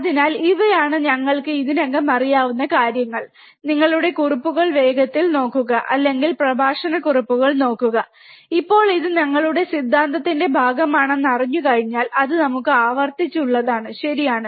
അതിനാൽ ഇവയാണ് ഞങ്ങൾക്ക് ഇതിനകം അറിയാവുന്ന കാര്യങ്ങൾ നിങ്ങളുടെ കുറിപ്പുകൾ വേഗത്തിൽ നോക്കുക അല്ലെങ്കിൽ പ്രഭാഷണ കുറിപ്പുകൾ നോക്കുക ഇപ്പോൾ ഇത് ഞങ്ങളുടെ സിദ്ധാന്തത്തിന്റെ ഭാഗമാണെന്ന് അറിഞ്ഞുകഴിഞ്ഞാൽ അത് നമുക്ക് ആവർത്തിച്ചുള്ളതാണ് ശരിയാണ്